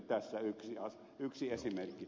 tässä yksi esimerkki